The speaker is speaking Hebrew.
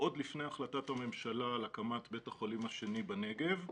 עוד לפני החלטת הממשלה על הקמת בית החולים השני בנגב.